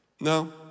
No